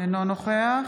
אינו נוכח